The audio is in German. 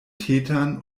tätern